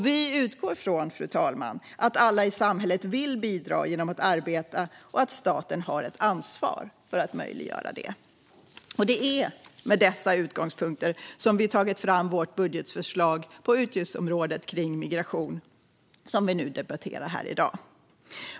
Vi utgår från, fru talman, att alla i samhället vill bidra genom att arbeta och att staten har ett ansvar för att möjliggöra det. Det är med dessa utgångspunkter som vi tagit fram vårt budgetförslag på utgiftsområdet Migration, som vi debatterar här i dag.